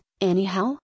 anyhow